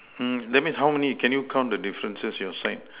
mm that means how many can you count the differences your side